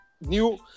new